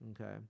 Okay